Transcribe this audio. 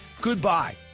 Goodbye